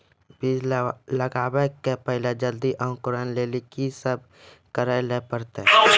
बीज लगावे के पहिले जल्दी अंकुरण लेली की सब करे ले परतै?